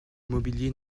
mobilier